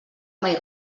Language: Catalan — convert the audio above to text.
mai